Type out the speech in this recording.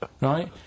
right